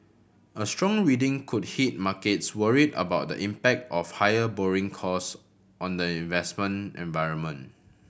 a strong reading could hit markets worried about the impact of higher borrowing cost on the investment environment